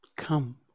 Come